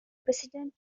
president